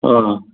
आं